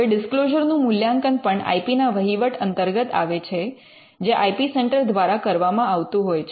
હવે ડિસ્ક્લોઝર નું મૂલ્યાંકન પણ આઇ પી ના વહીવટ અંતર્ગત આવે છે જે આઇ પી સેન્ટર દ્વારા કરવામાં આવતું હોય છે